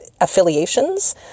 affiliations